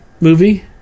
movie